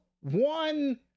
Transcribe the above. one